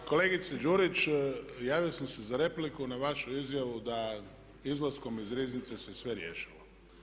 Pa kolegice Đurić javio sam se za repliku na vašu izjavu da izlaskom iz Riznice se sve riješilo.